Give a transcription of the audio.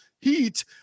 Heat